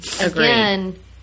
Again